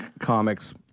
comics